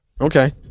Okay